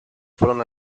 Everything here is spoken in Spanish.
fueron